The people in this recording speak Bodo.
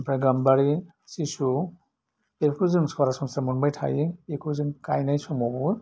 आमफ्राइ गाम्बारि सिसु बेफोरखौ जों सरासनस्रा मोनबाय थायो बेखौ जों गायनाय समावबो